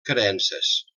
creences